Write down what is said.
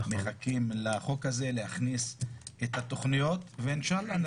מחכים לחוק הזה להכניס את התוכניות ואינשאללה,